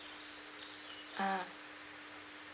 ah